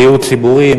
דיור ציבורי,